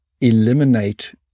eliminate